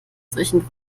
zwischen